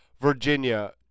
Virginia